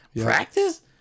Practice